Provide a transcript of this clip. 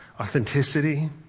Authenticity